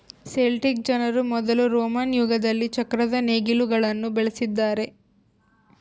Celtic ಜನರು ಮೊದಲು Roman ಯುಗದಲ್ಲಿ ಚಕ್ರದ ನೇಗಿಲುಗುಳ್ನ ಬಳಸಿದ್ದಾರೆ